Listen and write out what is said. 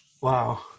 wow